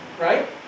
Right